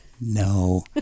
no